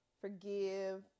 forgive